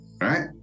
Right